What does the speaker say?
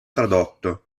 tradotto